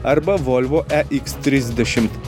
arba volvo ex trisdešimt